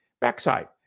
backside